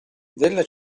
della